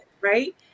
right